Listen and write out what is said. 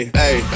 hey